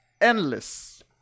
Endless